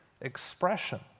expression